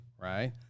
right